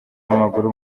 w’amaguru